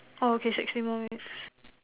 orh okay sixteen more minutes